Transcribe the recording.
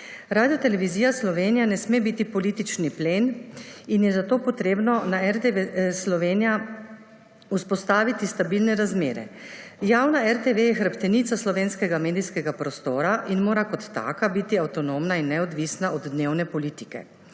Radiotelevizija Slovenija ne sme biti politični plen in je zato treba na RTV Slovenija vzpostaviti stabilne razmere. Javna RTV je hrbtenica slovenskega medijskega prostora in mora kot taka biti avtonomna in neodvisna od dnevne politike.